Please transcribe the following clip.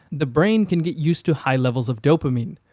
the brain can get used to high levels of dopamine.